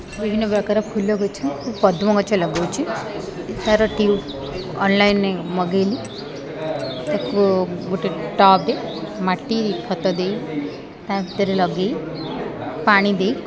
ବିଭିନ୍ନପ୍ରକାର ଫୁଲ ଗଛ ପଦ୍ମ ଗଛ ଲଗାଉଛି ତା'ର ଟ୍ୟୁବ୍ ଅନ୍ଲାଇନ୍ରେ ମଗାଇଲି ତାକୁ ଗୋଟେ ଟବ୍ରେ ମାଟି ଖତ ଦେଇ ତା ଭିତରେ ଲଗାଇ ପାଣି ଦେଇ